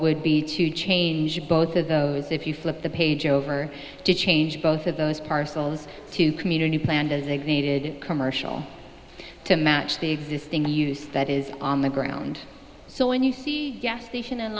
would be to change both of those if you flip the page over to change both of those parcels to community plan designated commercial to match the existing use that is on the ground so when you see gas station and